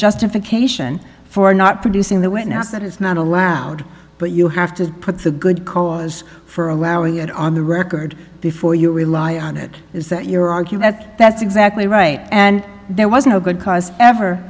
justification for not producing the witness that it's not allowed but you have to put the good cause for allowing it on the record before you rely on it is that your argue that that's exactly right and there was no good cause ever